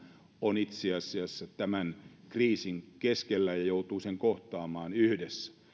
on itse asiassa tämän kriisin keskellä ja joutuu sen kohtaamaan yhdessä